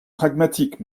pragmatique